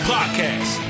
Podcast